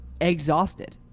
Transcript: exhausted